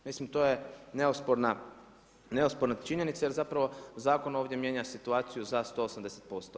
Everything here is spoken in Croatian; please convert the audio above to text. Mislim to je neosporna činjenica, jer zapravo zakon ovdje mijenja situaciju za 180%